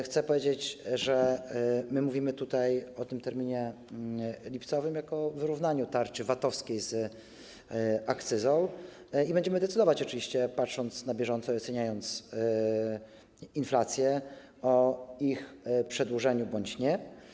Chcę powiedzieć, że mówimy tutaj o terminie lipcowym, jeżeli chodzi o wyrównanie tarczy VAT-owskiej z akcyzą, i będziemy decydować oczywiście, patrząc na bieżąco i oceniając inflację, o ich przedłużeniu bądź nie.